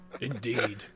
Indeed